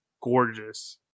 gorgeous